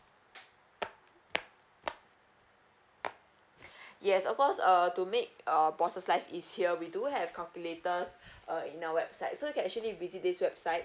yes of course err to make uh bosses life easier we do have calculators uh in our website so you can actually visit this website